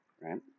right